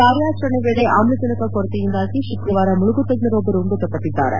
ಕಾರ್ಯಾಚರಣೆ ವೇಳೆ ಆಮ್ಲಜನಕ ಕೊರತೆಯಿಂದಾಗಿ ಶುಕ್ರವಾರ ಮುಳುಗುತಜ್ಞರೊಬ್ಬರು ಮೃತಪಟ್ಟಿದ್ದಾರೆ